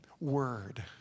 word